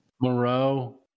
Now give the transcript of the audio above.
Moreau